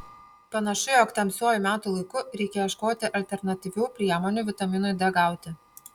panašu jog tamsiuoju metų laiku reikia ieškoti alternatyvių priemonių vitaminui d gauti